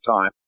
time